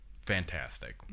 fantastic